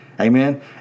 Amen